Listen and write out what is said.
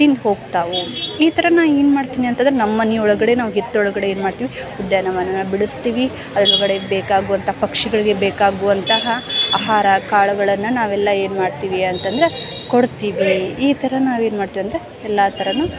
ತಿಂದು ಹೋಗ್ತವೆ ಈ ಥರ ನಾನು ಏನು ಮಾಡ್ತೀನಿ ಅಂತಂದ್ರೆ ನಮ್ಮ ಮನೆ ಒಳಗಡೆ ನಮ್ಮ ಹಿತ್ಲು ಒಳಗಡೆ ಏನು ಮಾಡ್ತೀವಿ ಉದ್ಯಾನವನನ ಬೆಳೆಸ್ತೀವಿ ಅದ್ರ ಒಳಗಡೆ ಬೇಕಾಗುವಂಥ ಪಕ್ಷಿಗಳಿಗೆ ಬೇಕಾಗುವಂತಹ ಆಹಾರ ಕಾಳುಗಳನ್ನು ನಾವೆಲ್ಲ ಏನು ಮಾಡ್ತೀವಿ ಅಂತಂದ್ರೆ ಕೊಡ್ತೀವಿ ಈ ಥರ ನಾವೇನು ಮಾಡ್ತೀವಂದ್ರೆ ಎಲ್ಲ ಥರನೂ